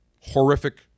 horrific